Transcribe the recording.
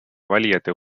valijate